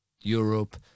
Europe